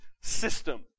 system